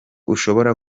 ushobora